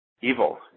evil